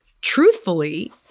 truthfully